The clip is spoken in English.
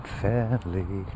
fairly